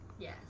yes